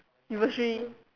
you would say